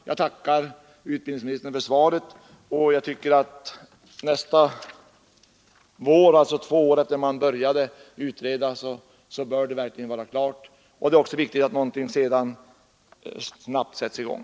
Jag tackar utbildningsministern för svaret, och jag tycker att det hela bör vara klart nästa vår — alltså två år efter det att man började utreda. Det är också viktigt att någonting snabbt sätts i gång.